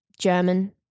German